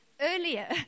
earlier